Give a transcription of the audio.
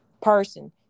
person